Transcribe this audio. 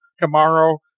tomorrow